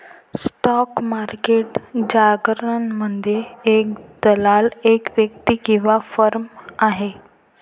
stock market जारगनमध्ये, एक दलाल एक व्यक्ती किंवा फर्म आहे